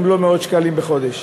אם לא מאות שקלים בחודש.